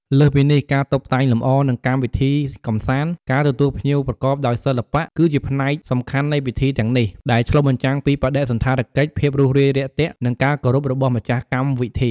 លើសពីការតុបតែងលម្អ និងកម្មវិធីកម្សាន្ត ការទទួលភ្ញៀវប្រកបដោយសិល្បៈ គឺជាផ្នែកសំខាន់នៃពិធីទាំងនេះ ដែលឆ្លុះបញ្ចាំងពីបដិសណ្ឋារកិច្ច ភាពរួសរាយរាក់ទាក់ និងការគោរពរបស់ម្ចាស់កម្មវិធី។